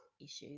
issues